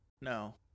No